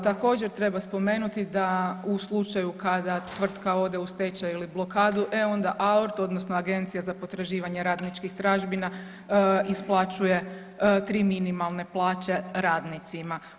Također, treba spomenuti da u slučaju kada tvrtka ode u stečaj ili blokadu, e onda AORTU, odnosno Agenciju za potraživanje radničkih tražbina isplaćuje 3 minimalne plaće radnicima.